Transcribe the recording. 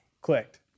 clicked